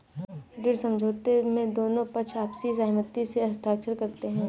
ऋण समझौते में दोनों पक्ष आपसी सहमति से हस्ताक्षर करते हैं